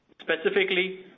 Specifically